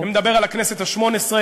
אני מדבר על הכנסת השמונה-עשרה,